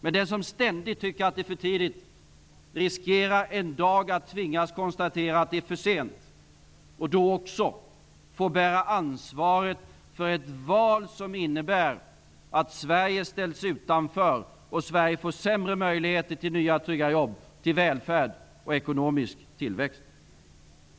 Men den som ständigt tycker att det är för tidigt riskerar en dag att tvingas konstatera att det är för sent och då också att få bära ansvaret för ett val som innebär att Sverige ställs utanför och får sämre möjligheter till trygga jobb, välfärd och ekonomisk tillväxt.